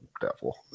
devil